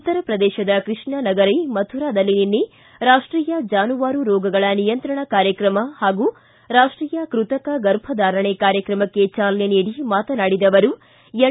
ಉತ್ತರ ಪ್ರದೇಶದ ಕೈಷ್ಣ ನಗರಿ ಮಥುರಾದಲ್ಲಿ ನಿನ್ನೆ ರಾಷ್ಟೀಯ ಜಾನುವಾರು ರೋಗಗಳ ನಿಯಂತ್ರಣ ಕಾರ್ಯಕ್ರಮ ಮತ್ತು ರಾಷ್ಟೀಯ ಕೃತಕ ಗರ್ಭಧಾರಣೆ ಕಾರ್ಯಕ್ರಮಕ್ಕೆ ಚಾಲನೆ ನೀಡಿ ಮಾತನಾಡಿದ ಅವರು ಎನ್